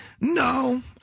No